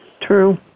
True